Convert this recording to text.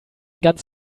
ganz